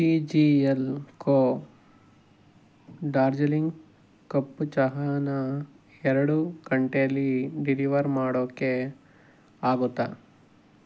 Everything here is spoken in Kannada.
T G L co Darjeeling ಕಪ್ಪು ಚಹಾನ ಎರಡು ಗಂಟೇಲಿ ಡೆಲಿವರ್ ಮಾಡೋಕ್ಕೆ ಆಗತ್ತಾ